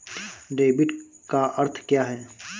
Debit का अर्थ क्या है?